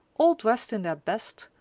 all dressed in their best,